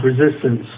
resistance